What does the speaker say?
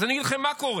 אז אני אגיד לכם מה קורה.